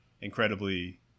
incredibly